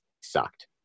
sucked